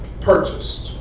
purchased